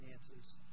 finances